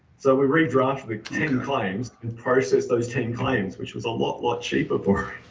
so we redraft the ten claims and process those ten claims, which was a lot, lot cheaper for